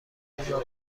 موضوع